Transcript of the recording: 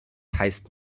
heißt